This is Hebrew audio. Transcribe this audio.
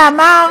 ואמר